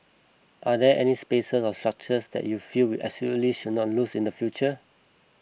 are there any space or structures that you feel we absolutely should not lose in the future